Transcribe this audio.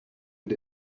but